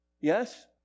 yes